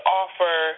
offer